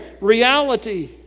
reality